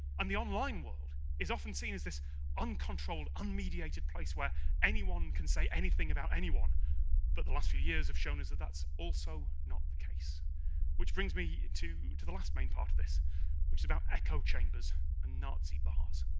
and the online world is often seen as this uncontrolled, unmediated place where anyone can say anything about anyone but the last few years have shown is that that's also not the case which brings me to to the last main part of this which is about echo chambers and nazi bars